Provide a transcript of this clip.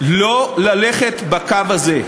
לא ללכת בקו הזה,